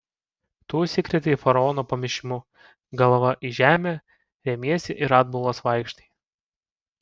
tu užsikrėtei faraono pamišimu galva į žemę remiesi ir atbulas vaikštai